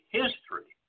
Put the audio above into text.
history